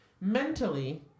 Mentally